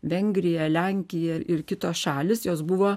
vengrija lenkija ir kitos šalys jos buvo